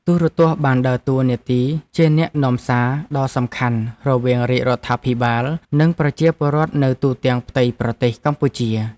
ទូរទស្សន៍បានដើរតួនាទីជាអ្នកនាំសារដ៏សំខាន់រវាងរាជរដ្ឋាភិបាល និងប្រជាពលរដ្ឋនៅទូទាំងផ្ទៃប្រទេសកម្ពុជា។